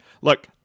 Look